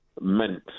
meant